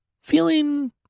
feeling